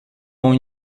اون